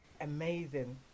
amazing